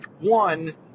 One